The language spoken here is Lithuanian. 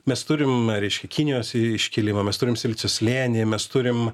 mes turim reiškia kinijos iškilimą mes turim silicio slėnį mes turim